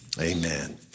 amen